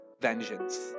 vengeance